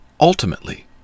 ultimately